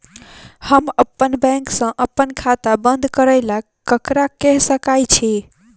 हम अप्पन बैंक सऽ अप्पन खाता बंद करै ला ककरा केह सकाई छी?